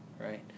right